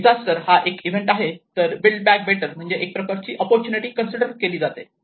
disaster हा एक event आहे तर बिल्ड बॅक बेटर म्हणजे एक प्रकारची ओप्पोर्तूनिटी कन्सिडर केली जाते